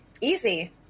Easy